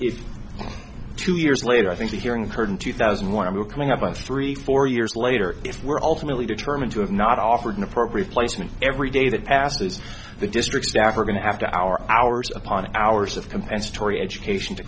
it's two years later i think the hearing occurred in two thousand and one of your coming up on three four years later if we're ultimately determined to have not offered an appropriate placement every day that passes the district staff are going to have to our hours upon hours of compensatory education to